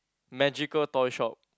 magical toy shop